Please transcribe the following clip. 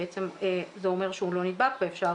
בעצם זה אומר שהוא לא נדבק אפשר